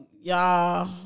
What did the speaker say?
y'all